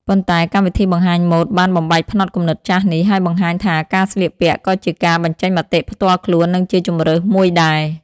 ប៉ុន្តែកម្មវិធីបង្ហាញម៉ូដបានបំបែកផ្នត់គំនិតចាស់នេះ ហើយបង្ហាញថាការស្លៀកពាក់ក៏ជាការ បញ្ចេញមតិផ្ទាល់ខ្លួន និងជា ជម្រើស មួយដែរ។